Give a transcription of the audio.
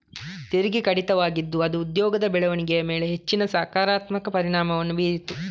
ತೆರಿಗೆ ಕಡಿತವಾಗಿದ್ದು ಅದು ಉದ್ಯೋಗದ ಬೆಳವಣಿಗೆಯ ಮೇಲೆ ಹೆಚ್ಚಿನ ಸಕಾರಾತ್ಮಕ ಪರಿಣಾಮವನ್ನು ಬೀರಿತು